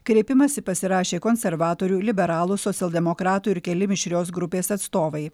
kreipimąsi pasirašė konservatorių liberalų socialdemokratų ir keli mišrios grupės atstovai